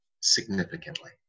significantly